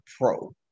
pro